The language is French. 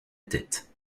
tête